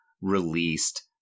released